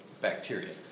bacteria